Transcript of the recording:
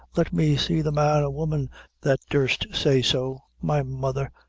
let me see the man or woman that durst say so. my mother!